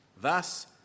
Thus